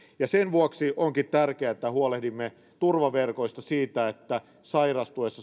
sen vuoksi onkin tärkeää että huolehdimme turvaverkoista siitä että sairastuessa